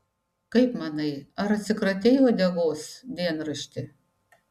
kaip manai ar atsikratei uodegos dienrašti